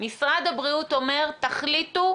משרד הבריאות אומר: תחליטו,